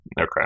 Okay